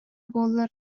буоллар